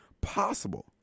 possible